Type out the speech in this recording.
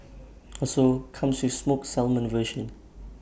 also comes with smoked salmon version